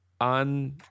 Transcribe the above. on